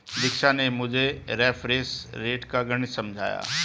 दीक्षा ने मुझे reference rate का गणित समझाया